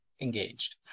engaged